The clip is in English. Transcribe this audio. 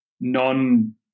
non